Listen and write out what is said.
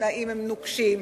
והתנאים הם נוקשים,